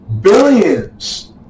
billions